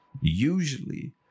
usually